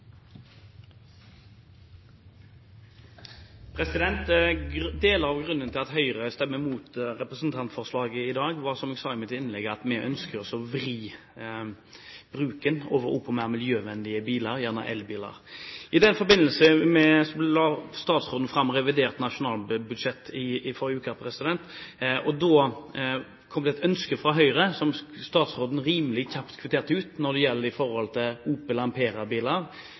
av grunnen til at Høyre stemmer imot representantforslaget i dag, er, som jeg sa i mitt innlegg, at vi ønsker å vri bruken over på mer miljøvennlige biler, gjerne elbiler. I forbindelse med at statsråden la fram revidert nasjonalbudsjett i forrige uke, kom det et ønske fra Høyre som statsråden rimelig kjapt kvitterte ut når det gjelder